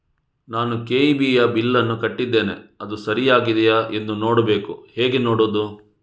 ನಾನು ಕೆ.ಇ.ಬಿ ಯ ಬಿಲ್ಲನ್ನು ಕಟ್ಟಿದ್ದೇನೆ, ಅದು ಸರಿಯಾಗಿದೆಯಾ ಎಂದು ನೋಡಬೇಕು ಹೇಗೆ ನೋಡುವುದು?